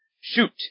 Shoot